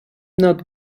not